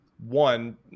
one